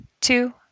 two